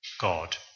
God